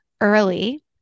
early